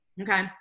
okay